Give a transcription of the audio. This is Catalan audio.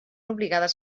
obligades